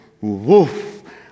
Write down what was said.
woof